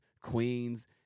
queens